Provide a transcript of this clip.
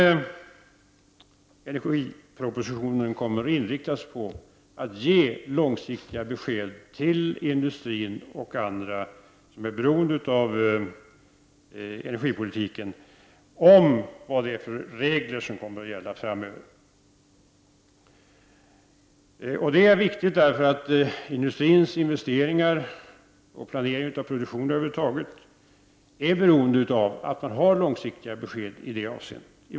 I energipropositionen kommer besked att ges, till industrin och andra som är beroende av energipolitiken, om de regler som kommer att gälla på lång sikt framöver. Det är viktigt, eftersom industrins investeringar och planering av produktion över huvud taget är beroende av långsiktiga besked i detta avseende.